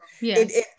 yes